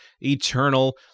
eternal